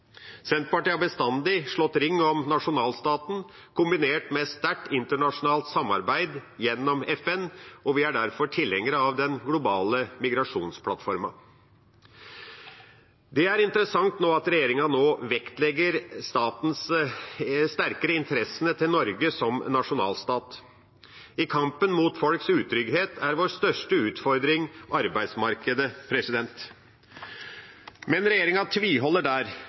Senterpartiet har bestandig slått ring om nasjonalstaten, kombinert med sterkt internasjonalt samarbeid gjennom FN, og vi er derfor tilhengere av den globale migrasjonsplattformen. Det er interessant at regjeringa nå vektlegger sterkere interessene til Norge som nasjonalstat. I kampen mot folks utrygghet er vår største utfordring arbeidsmarkedet, men regjeringa tviholder der